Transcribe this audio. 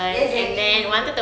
exactly